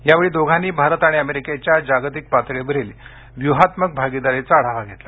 यावेळी दोघांनी भारत आणि अमेरीकेच्या जागतिक पातळीवरील व्यूहात्मक भागीदारीचा आढावा घेतला